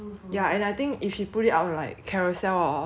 ya and I think if she put it on like Carousell or something